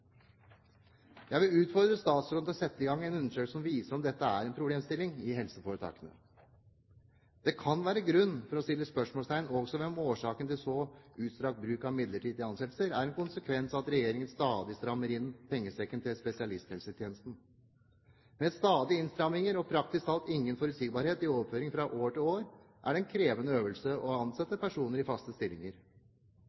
Jeg vil utfordre statsråden til å sette i gang en undersøkelse som viser om dette er en problemstilling i helseforetakene. Det kan være grunn til å sette spørsmålstegn ved om årsaken til så utstrakt bruk av midlertidige ansettelser er en konsekvens av at regjeringen stadig strammer inn pengesekken til spesialisthelsetjenesten. Med stadige innstramminger og praktisk talt ingen forutsigbarhet i overføringene fra år til år er det en krevende øvelse å ansette